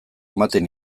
ematen